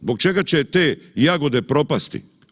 Zbog čega će te jagode propasti?